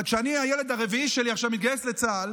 אבל כשהילד הרביעי שלי עכשיו מתגייס לצה"ל,